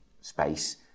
space